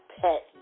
pet